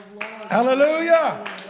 Hallelujah